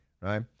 right